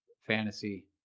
fantasy